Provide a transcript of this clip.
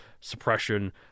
suppression